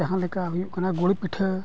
ᱡᱟᱦᱟᱸ ᱞᱮᱠᱟ ᱦᱩᱭᱩᱜ ᱠᱟᱱᱟ ᱜᱩᱲ ᱯᱤᱴᱷᱟᱹ